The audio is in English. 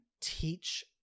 teach